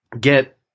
get